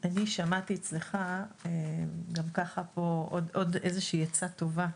אני שמעתי אצלך עוד איזושהי עצה טובה,